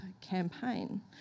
campaign